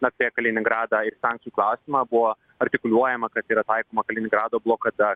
apie kaliningradą ir sakncijų klausimą buvo artikuliuojama kad yra taikoma kaliningrado blokada